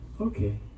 Okay